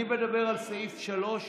אני מדבר על הסתייגות 3,